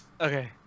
Okay